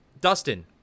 Dustin